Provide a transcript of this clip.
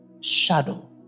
shadow